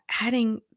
adding